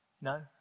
No